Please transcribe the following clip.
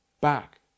back